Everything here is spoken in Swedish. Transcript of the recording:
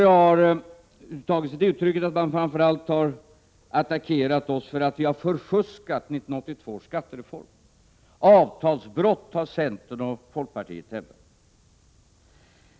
Den har framför allt tagit sig uttrycket att man har attackerat oss för att vi har förfuskat 1982 års skattereform. Avtalsbrott, har centern och folkpartiet hävdat.